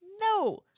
no